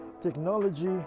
technology